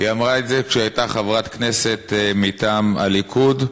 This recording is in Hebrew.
היא אמרה את זה כשהיא הייתה חברת כנסת מטעם הליכוד,